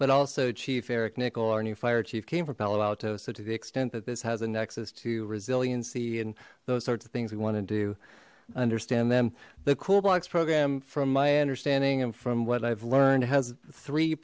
but also chief eric nickel our new fire chief came from palo alto so to the extent that this has a nexus to resiliency and those sorts of things we want to do understand them the cool blocks program from my understanding and from what i've learned has three